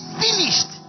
finished